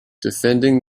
defending